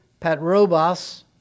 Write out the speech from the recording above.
Patrobas